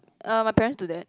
uh my parents do that